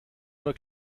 oder